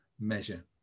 measure